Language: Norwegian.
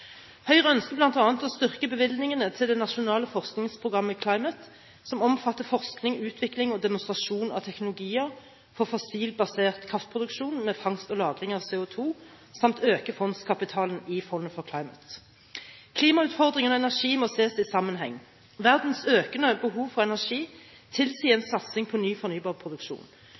Høyre ønsker bl.a. å styrke bevilgningene til det nasjonale forskningsprogrammet CLIMIT, som omfatter forskning, utvikling og demonstrasjon av teknologier for fossilt basert kraftproduksjon med fangst og lagring av CO2 samt øke fondskapitalen i Fond for CLIMIT. Klimautfordringen og energi må ses i sammenheng. Verdens økende behov for energi tilsier en satsing på ny